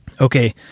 okay